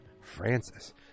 Francis